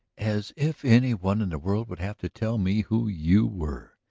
as if any one in the world would have to tell me who you were!